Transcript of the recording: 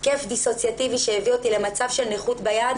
התקף דיסוציאטיבי שהביא אותי למצב של נכות ביד,